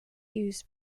used